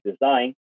design